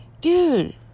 dude